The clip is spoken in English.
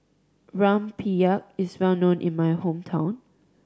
rempeyek is well known in my hometown